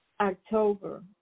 October